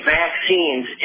vaccines